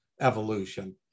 evolution